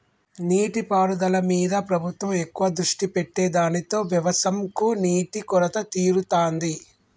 నీటి పారుదల మీద ప్రభుత్వం ఎక్కువ దృష్టి పెట్టె దానితో వ్యవసం కు నీటి కొరత తీరుతాంది